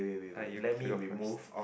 uh you you go first